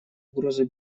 угрозой